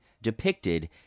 depicted